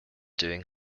doing